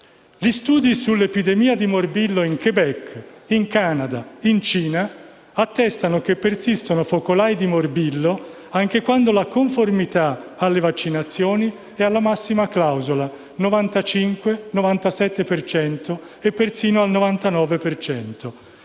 Gli studi sull'epidemia di morbillo in Québec (Canada) e Cina attestano che persistono focolai di morbillo anche quando la conformità alle vaccinazioni è alla massima clausola, ossia 95-97 per cento, e persino al 99